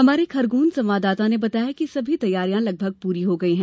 हमारे खरगोन संवाददाता ने बताया है कि सभी तैयारियां पूरी हो गई हैं